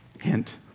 Hint